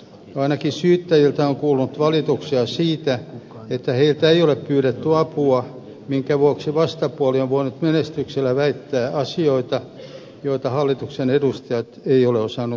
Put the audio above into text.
ainakin syyttäjiltä on kuulunut valituksia siitä että heiltä ei ole pyydetty apua minkä vuoksi vastapuoli on voinut menestyksellä väittää asioita joita hallituksen edustajat eivät ole osanneet kiistää